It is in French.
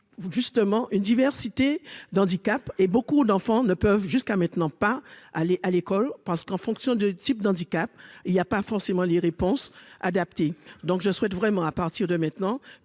justement une diversité d'handicap et beaucoup d'enfants ne peuvent jusqu'à maintenant pas aller à l'école parce qu'en fonction du type d'handicap et il y a pas forcément les réponses adaptées. Donc je souhaite vraiment à partir de maintenant